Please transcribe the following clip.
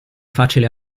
facile